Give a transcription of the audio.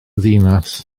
ddinas